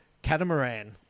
catamaran